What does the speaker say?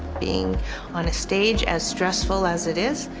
being on a stage, as stressful as it is,